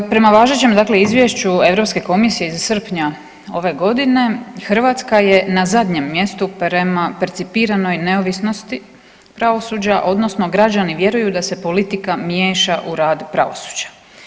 Prema važećem, dakle, Izvješću EU komisije iz srpnja ove godine, Hrvatska je na zadnjem mjestu prema percipiranoj neovisnosti pravosuđa, odnosno građani vjeruju da se politika miješa u rad pravosuđa.